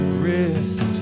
Wrist